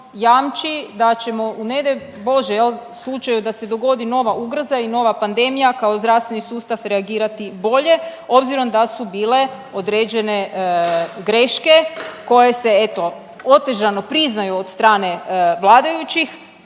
jamči da ćemo u ne daj bože jel' slučaju da se dogodi nova ugroza i nova pandemija kao zdravstveni sustav reagirati bolje obzirom da su bile određene greške koje se eto otežano priznaju od strane vladajućih,